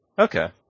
Okay